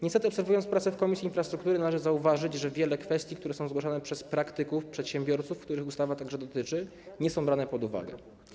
Niestety obserwując prace w Komisji Infrastruktury, należy zauważyć, że wiele kwestii, które są zgłaszane przez praktyków, przedsiębiorców, których ustawa również dotyczy, nie jest branych pod uwagę.